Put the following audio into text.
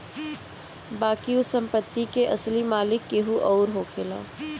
बाकी ओ संपत्ति के असली मालिक केहू अउर होखेला